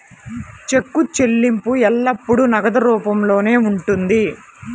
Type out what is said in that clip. చెక్కు చెల్లింపు ఎల్లప్పుడూ నగదు రూపంలోనే ఉంటుంది